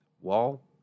wall